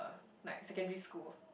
like secondary school